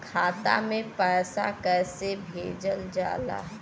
खाता में पैसा कैसे भेजल जाला?